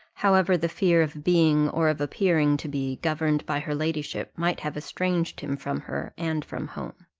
however the fear of being, or of appearing to be, governed by her ladyship might have estranged him from her, and from home.